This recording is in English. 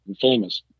famous